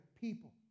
people